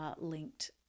linked